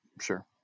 Sure